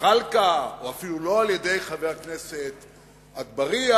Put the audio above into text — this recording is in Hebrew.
זחאלקה או אפילו לא על-ידי חבר הכנסת אגבאריה,